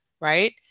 right